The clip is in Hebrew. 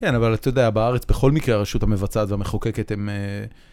אין, אבל אתה יודע, בארץ, בכל מקרה, רשות המבצעת והמחוקקת הן...